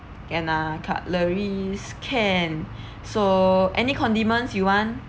can ah cutleries can so any condiments you want